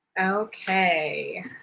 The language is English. Okay